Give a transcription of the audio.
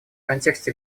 контексте